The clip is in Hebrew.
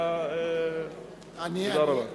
תודה רבה.